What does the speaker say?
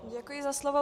Děkuji za slovo.